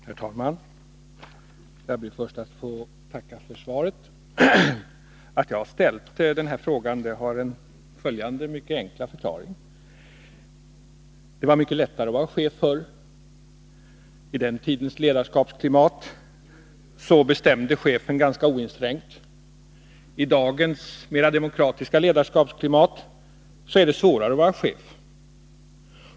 Herr talman! Jag ber först att få tacka för svaret. Att jag ställde denna fråga har följande mycket enkla förklaring. Det var mycket lättare att vara chef förr. I den tidens ledarskapsklimat bestämde chefen ganska oinskränkt. I dagens mera demokratiska ledar skapsklimat är det svårare att vara chef.